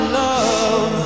love